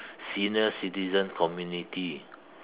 senior citizen community